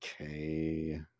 okay